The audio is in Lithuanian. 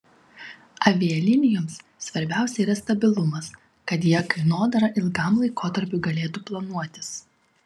avialinijoms svarbiausia yra stabilumas kad jie kainodarą ilgam laikotarpiui galėtų planuotis